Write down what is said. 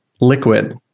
liquid